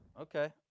Okay